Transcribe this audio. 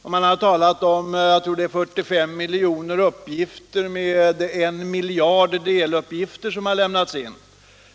Man har talat om att, tror jag, 45 miljoner uppgifter med en miljard deluppgifter har lämnats in.